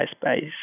space